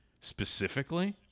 specifically